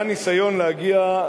היה ניסיון להגיע,